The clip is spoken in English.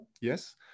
yes